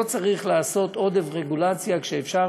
לא צריך לעשות עודף רגולציה כשאפשר